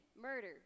murder